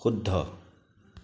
শুদ্ধ